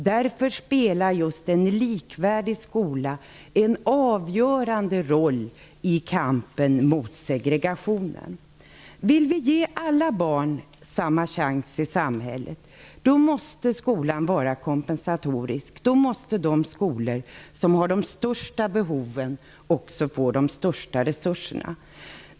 Därför spelar just en likvärdig skola en avgörande roll i kampen mot segregationen. Vill vi ge alla barn samma chans i samhället måste skolan vara kompensatorisk. Därför måste de skolor som har de största behoven också få de största resurserna.